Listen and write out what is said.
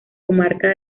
comarca